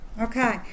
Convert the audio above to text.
Okay